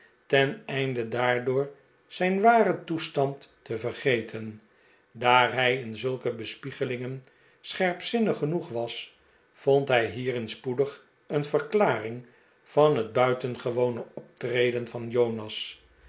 nemen teneinde daardoor zijn waren toestand te vergeten daar hij in zulke bespiegelingen scherpzinnig genoeg was vond hij hierin spoedig een verklaring van het buitengewone optreden van jonas